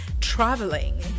traveling